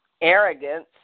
arrogance